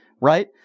right